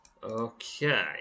okay